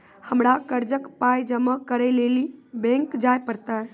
हमरा कर्जक पाय जमा करै लेली लेल बैंक जाए परतै?